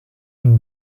une